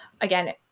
Again